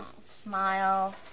Smile